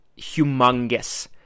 humongous